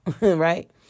Right